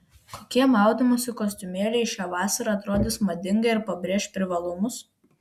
kokie maudymosi kostiumėliai šią vasarą atrodys madingai ir pabrėš privalumus